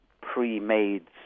pre-made